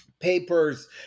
Papers